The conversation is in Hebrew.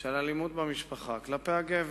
של אלימות במשפחה כלפי הגבר.